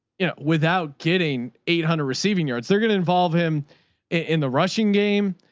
you know, without getting eight hundred receiving yards, their going to involve him in the rushing game.